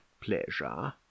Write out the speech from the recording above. pleasure